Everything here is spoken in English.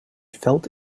felt